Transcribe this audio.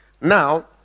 Now